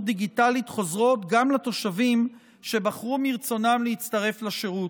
דיגיטלית חוזרות גם לתושבים שבחרו מרצונם להצטרף לשירות.